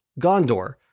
Gondor